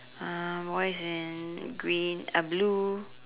uh boy is in green uh blue